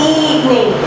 evening